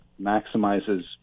maximizes